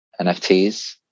NFTs